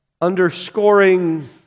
underscoring